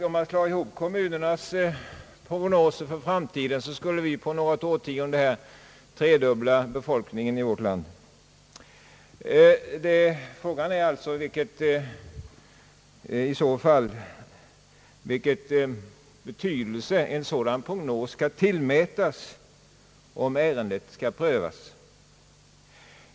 Om man slår ihop kommunernas prognoser för framtiden, finner man att det i dessa räknas med en tredubbling av befolkningen i vårt land på något årtionde! Frågan är alltså vilken betydelse en prognos skall tillmätas, när ett ärende prövas.